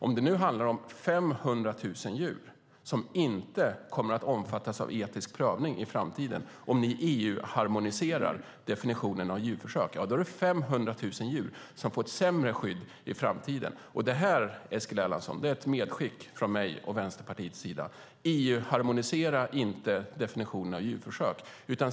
Om ni EU-harmoniserar definitionen av djurförsök handlar det om 500 000 djur som inte kommer att omfattas av etisk prövning och därmed får ett sämre skydd i framtiden. Det här, Eskil Erlandsson, är ett medskick från mig och Vänsterpartiet: EU-harmonisera inte definitionen av djurförsök!